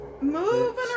moving